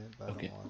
Okay